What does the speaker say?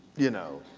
you know,